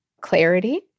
clarity